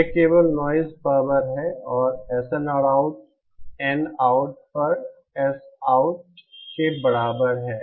यह केवल noise power है और SNRout Nout पर Sout के बराबर है